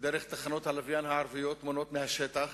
דרך תחנות הלוויין הערביות תמונות מהשטח,